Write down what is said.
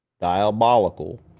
diabolical